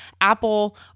Apple